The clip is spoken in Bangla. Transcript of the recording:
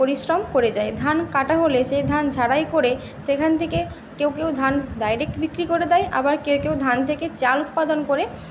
পরিশ্রম করে যায় ধান কাটা হলে সেই ধান ঝাড়াই করে সেখান থেকে কেউ কেউ ধান ডায়রেক্ট বিক্রি করে দেয় আবার কেউ কেউ ধান থেকে চাল উৎপাদন করে